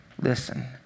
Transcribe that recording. Listen